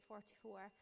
44